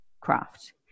craft